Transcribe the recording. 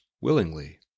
willingly